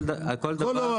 כל דבר.